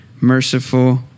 merciful